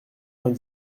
vingt